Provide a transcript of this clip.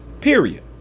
period